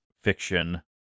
fiction